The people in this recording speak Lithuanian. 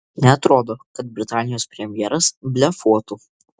neatrodo kad britanijos premjeras blefuotų